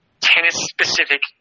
tennis-specific